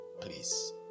Please